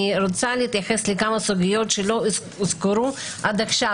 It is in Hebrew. אני רוצה להתייחס לכמה סוגיות שלא הוזכרו עד עכשיו,